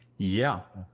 yeah.